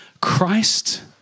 Christ